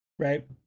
right